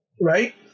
Right